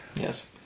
Yes